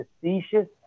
facetious